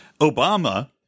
Obama